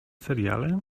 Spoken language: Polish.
seriale